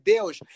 Deus